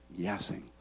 yesing